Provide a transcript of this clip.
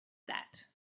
that